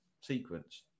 sequence